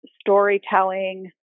storytelling